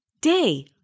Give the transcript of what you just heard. day